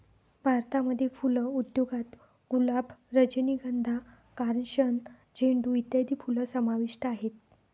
भारतामध्ये फुल उद्योगात गुलाब, रजनीगंधा, कार्नेशन, झेंडू इत्यादी फुलं समाविष्ट आहेत